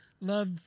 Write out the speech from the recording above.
love